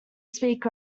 speak